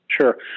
Sure